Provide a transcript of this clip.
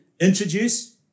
introduce